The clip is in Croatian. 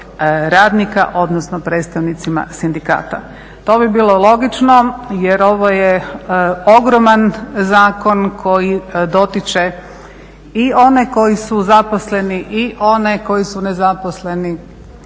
radnika odnosno predstavnicima sindikata. To bi bilo logično jer ovo je ogroman zakon koji dotiče i one koji su zaposleni i one koji su nezaposleni